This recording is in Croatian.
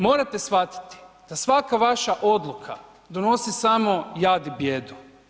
Morate shvatiti da svaka odluka donosi samo jad i bijedu.